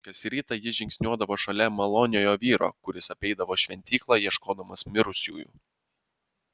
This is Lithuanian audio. kas rytą ji žingsniuodavo šalia maloniojo vyro kuris apeidavo šventyklą ieškodamas mirusiųjų